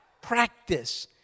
practice